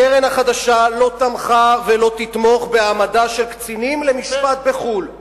1. הקרן החדשה לא תמכה ולא תתמוך בהעמדה של קצינים למשפט בחו"ל,